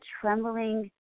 trembling